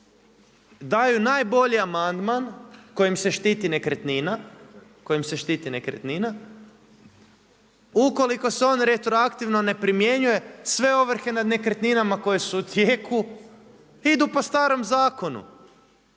daju najbolji amandman, kojim se štiti nekretnina, ukoliko se on retroaktivno ne primjenjujem, sve ovrhe nad nekretnina koje su u tijeku idu po starom zakonu.